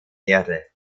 erde